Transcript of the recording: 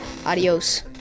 Adios